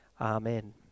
Amen